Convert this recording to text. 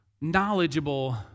knowledgeable